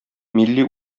милли